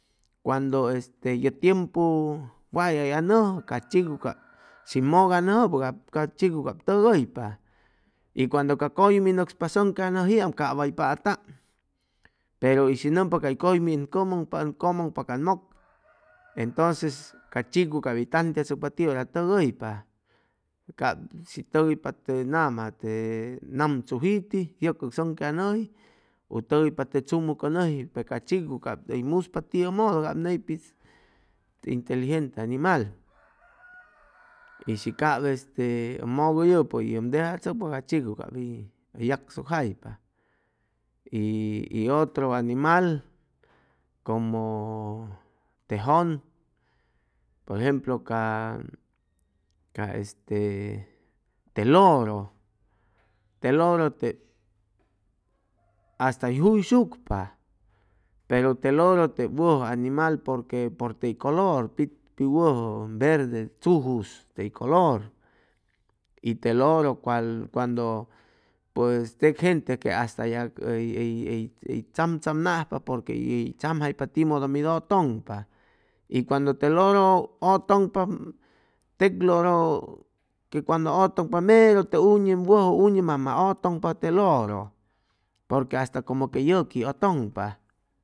Cuando este ye tiempu wayay anʉjʉ ca chicu cap shi mʉk anʉjʉ pues cap ca chiku cap tʉgʉypa y cuando ca cʉyumi nʉcspa sʉŋquejanʉjiam cap way pataam pero ishi nʉmpa cay cʉyumi ʉn cʉmʉŋpa ʉn cʉmʉŋpa can mʉk entonces ca chiku cap hʉy tantiachʉcpa tiʉ hora tʉgʉypa cap shi tʉgʉypa te nama te namchujiti yʉcʉc sʉŋquejanʉji u tʉgʉypa te tzumʉcʉnʉji y pe ca chiku hʉy muspa tiʉmodo cap neypitz inteligente animal y shi cap este mʉk ʉllʉpʉ y ʉm dejachʉcpa ca chicu cap hʉy hʉy yagsucjaypa y y otro animal como te jʉn por ejemplo ca ca este te loro te loro tep hasta hʉy juyshucpa pero te loro tep wʉjʉ animal porque pʉr tey color pi wʉjʉ verde tzujus tey color y te loro cuando cuando teg gente que hasta que yag hʉy hʉy hʉy tzamtzamnajpa porque hʉy tzamjaypa timʉdʉ mid ʉtʉŋpa y cuando te loro ʉtʉŋpa teg loro que cuando ʉtʉŋpa mero te uñe wʉjʉ uñe mama ʉtʉŋpa te loro porque hasta como que yʉqui ʉtʉŋpa